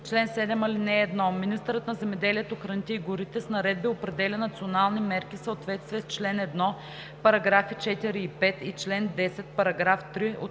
чл. 7: „Чл. 7. (1) Министърът на земеделието, храните и горите с наредби определя национални мерки в съответствие с чл. 1, параграфи 4 и 5 и чл. 10, параграф 3